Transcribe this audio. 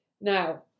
Now